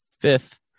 fifth